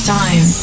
time